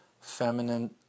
feminine